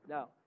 Now